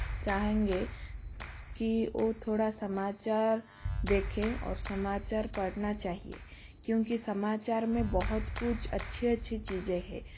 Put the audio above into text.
चाहेंगे कि वह थोड़ा समाचार देखें और समाचार पढ़ना चाहिए क्योंकि समाचार में बहुत कुछ अच्छी अच्छी चीज़ें है